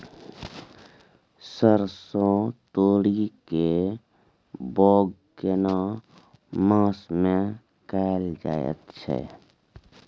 सरसो, तोरी के बौग केना मास में कैल जायत छै?